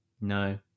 No